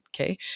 Okay